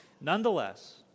Nonetheless